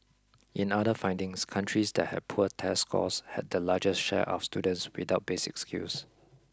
in other findings countries that had poor test scores had the largest share of students without basic skills